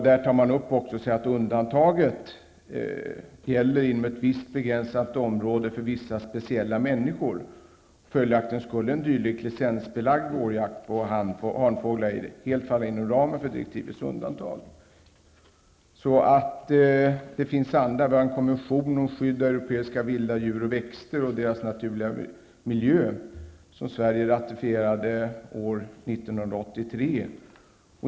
Det sägs också att undantaget gäller inom ett visst begränsat område för vissa speciella människor. Följaktligen skulle en dylik licensbelagd vårjakt på hanfågel av ejder helt falla inom ramen för direktivets undantag. Vi har vidare en konvention om skydd av europeiska vilda djur och växter och deras naturliga miljö, som Sverige ratificerade år 1983.